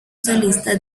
solista